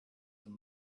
and